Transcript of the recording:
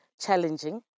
challenging